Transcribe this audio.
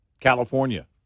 California